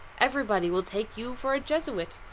everybody will take you for a jesuit,